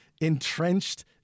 entrenched